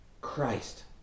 Christ